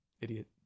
idiot